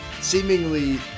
seemingly